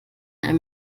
einem